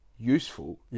useful